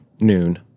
noon